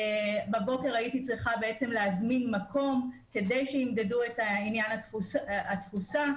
בבוקר הייתי צריכה להזמין מקום כדי שימדדו את עניין התפוסה.